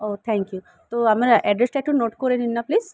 O thank you তো আমার অ্যাড্রেসটা একটু নোট করে নিন না প্লিজ